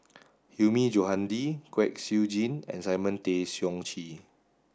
Hilmi Johandi Kwek Siew Jin and Simon Tay Seong Chee